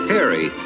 Harry